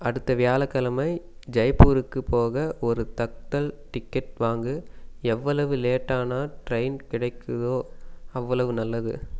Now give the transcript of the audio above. அடுத்த வியாழக் கெழமை ஜெய்பூருக்குப் போக ஒரு தக்த்தல் டிக்கெட் வாங்கு எவ்வளவு லேட்டான ட்ரெயின் கிடைக்குதோ அவ்வளவு நல்லது